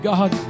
God